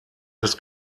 des